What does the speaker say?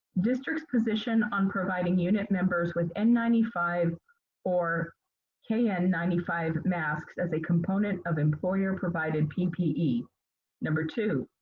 district's position on providing unit members with n nine five or k n nine five masks as a component of employer provided ppe. number two,